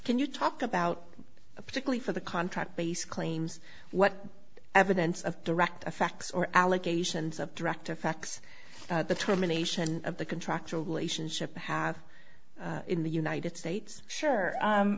can you talk about particularly for the contract based claims what evidence of direct effects or allegations of direct effects terminations of the contractual relationship have in the united states sure